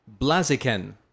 Blaziken